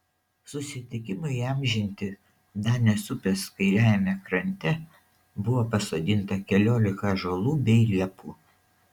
susitikimui įamžinti danės upės kairiajame krante buvo pasodinta keliolika ąžuolų bei liepų